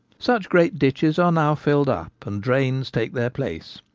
such great ditches are now filled up, and drains take their place.